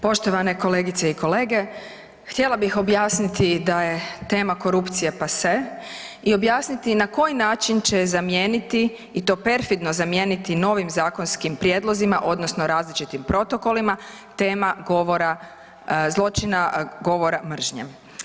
Poštovane kolegice i kolege, htjela bih objasniti da je tema korupcije pase i objasniti na koji način će je zamijeniti i to perfidno zamijeniti novim zakonskim prijedlozima odnosno različitim protokolima tema govora zločina, govora mržnje.